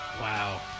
Wow